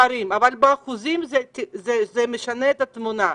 אבל האחוזים משנים את התמונה.